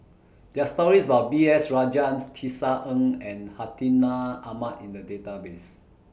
There Are stories about B S Rajhans Tisa Ng and Hartinah Ahmad in The Database